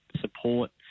support